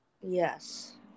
Yes